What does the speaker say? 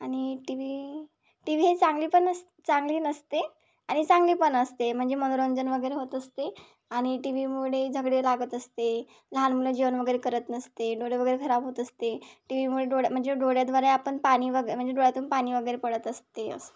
आणि T V T V हे चांगली पण अस चांगली नसते आनि चांगली पण असते म्हणजे मनोरंजन वगैरे होत असते आणि टी वी मुळे झगडे लागत असते लहान मुलं जेवण वगैरे करत नसते डोळे वगैरे खराब होत असते टी व्ही मुळे डोळ्या म्हणजे डोळ्याद्वारे आपण पाणी वग म्हणजे डोळ्यातून पाणी वगैरे पडत असते अस